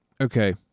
okay